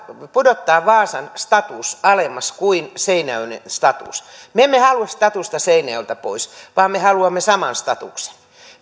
pudottaa vaasan status alemmas kuin seinäjoen status me emme halua statusta seinäjoelta pois vaan me haluamme saman statuksen